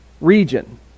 region